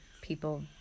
people